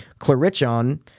Clarichon